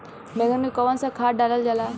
बैंगन में कवन सा खाद डालल जाला?